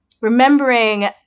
remembering